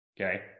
Okay